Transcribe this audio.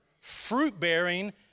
fruit-bearing